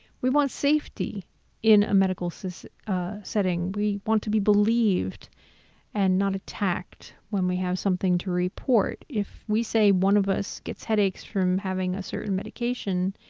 we want safety in a medical setting. we want to be believed and not attacked when we have something to report. if we say one of us gets headaches from having a certain medication,